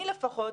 אני לפחות,